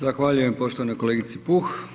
Zahvaljujem poštovanoj kolegici Puh.